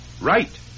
Right